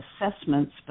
assessments